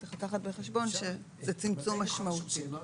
צריך לקחת בחשבון שזה צמצום משמעותי.